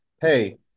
hey